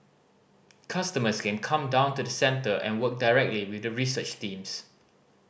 customers can come down to the centre and work directly with the research teams